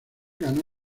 ganó